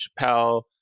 Chappelle